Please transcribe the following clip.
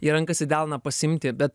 į rankas į delną pasiimti bet